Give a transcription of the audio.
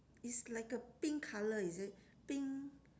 it's like a pink colour is it pink